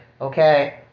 Okay